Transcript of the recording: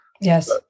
Yes